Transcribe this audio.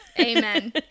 amen